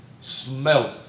smell